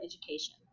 education